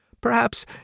Perhaps